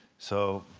so,